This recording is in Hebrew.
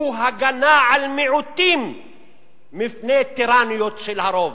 הוא הגנה על מיעוטים מפני טרוניות של הרוב.